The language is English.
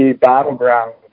battleground